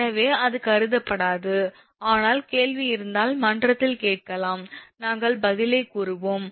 எனவே அது கருதப்படாது ஆனால் கேள்வி இருந்தால் மன்றத்தில் கேட்கலாம் நாங்கள் பதிலை கூறுவோம்